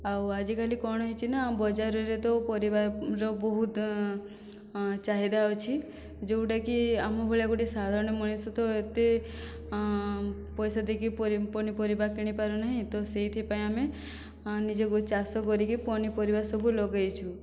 ଆଉ ଆଜି କାଲି କଣ ହେଇଛି ନା ବଜାରରେ ତ ପରିବାର ବହୁତ ଚାହିଦା ଅଛି ଯେଉଁଟାକି ଆମ ଭଳିଆ ଗୋଟେ ସାଧାରଣ ମଣିଷ ତ ଏତେ ପଇସା ଦେଇକି ପନିପରିବା କିଣିପାରୁ ନାହିଁ ତ ସେଇଥିପାଇଁ ଆମେ ନିଜକୁ ଚାଷ କରିକି ପନିପରିବା ସବୁ ଲଗେଇଛୁ